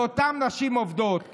או לא עוזרות לאותן נשים עובדות.